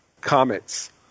comets